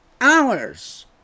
hours